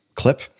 clip